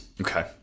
Okay